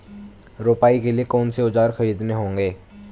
रोपाई के लिए कौन से औज़ार खरीदने होंगे?